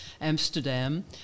Amsterdam